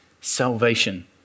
salvation